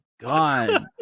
God